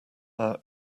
our